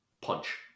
Punch